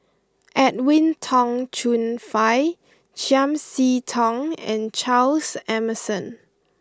Edwin Tong Chun Fai Chiam See Tong and Charles Emmerson